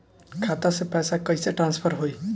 खाता से पैसा कईसे ट्रासर्फर होई?